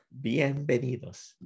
Bienvenidos